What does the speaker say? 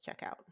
checkout